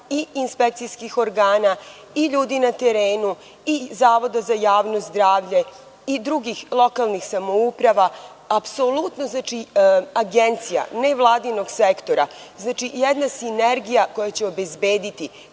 i inspekcijskih organa i ljudi na terenu i Zavoda za javno zdravlje i drugih lokalnih samouprava, agencija, ne vladinog sektora. Znači, jedna sinergija koja će obezbediti